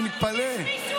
אני מתפלא.